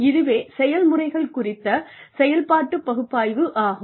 இதுவே செயல்முறைகள் குறித்து செயல்பாட்டுப் பகுப்பாய்வு ஆகும்